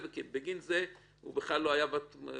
ובגין זה הוא בכלל לא היה בפוקוס